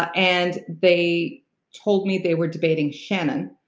ah and they told me they were debating! shannon.